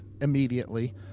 immediately